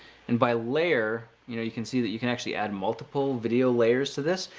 and by layer, you know, you can see that you can actually add multiple video layers to this.